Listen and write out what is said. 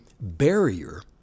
barrier